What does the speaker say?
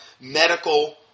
medical